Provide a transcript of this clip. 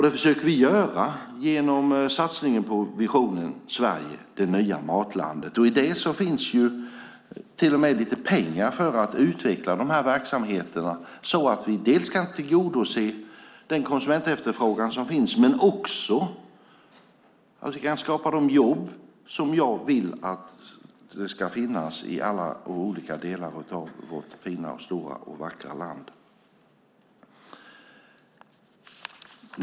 Det försöker vi göra genom satsningen på visionen om Sverige som det nya matlandet. I det finns det till och med lite pengar för att utveckla de här verksamheterna så att vi kan dels tillgodose den konsumentefterfrågan som finns, dels skapa de jobb som jag vill ska finnas i alla delar av vårt fina, stora och vackra land.